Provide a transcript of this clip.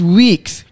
weeks